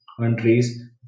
countries